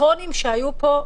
הטונים שהיו פה,